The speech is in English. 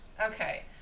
Okay